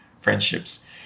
friendships